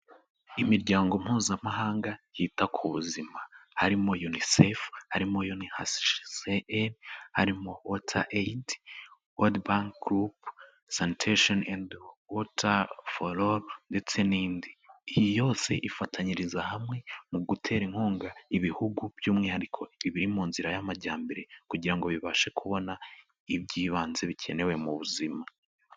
Imiryango Mpuzamahanga yita ku buzima. Harimo Unicef, harimo UNCHR, harimo WaterAid, World Bank Group, Sanitation and Water for All ndetse n'indi. Iyi yose ifatanyiriza hamwe mu gutera inkunga Ibihugu by'umwihariko ibiri mu nzira y'amajyambere, kugira ngo bibashe kubona iby'ibanze bikenewe mu buzima.